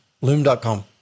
loom.com